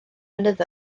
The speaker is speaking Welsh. mynydd